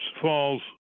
falls